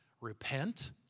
repent